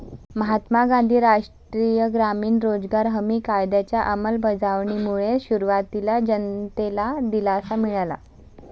महात्मा गांधी राष्ट्रीय ग्रामीण रोजगार हमी कायद्याच्या अंमलबजावणीमुळे सुरुवातीला जनतेला दिलासा मिळाला